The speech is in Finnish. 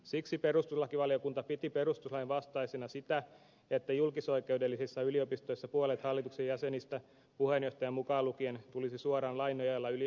siksi perustuslakivaliokunta piti perustuslain vastaisena sitä että julkisoikeudellisissa yliopistoissa puolet hallituksen jäsenistä puheenjohtaja mukaan lukien tulisi suoraan lain nojalla yliopistoyhteisön ulkopuolelta